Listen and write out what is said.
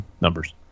numbers